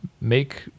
make